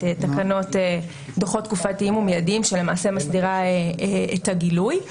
תקנות דוחות תקופתיים ומידיים שלמעשה מסדירה את הגילוי.